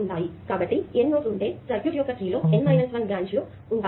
కాబట్టి N nodes ఉంటే circuit యొక్క ట్రీ లో N 1 బ్రాంచ్ లు ఉంటాయి